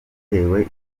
yatewe